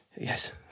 yes